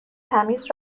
تمیز